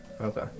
Okay